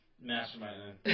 mastermind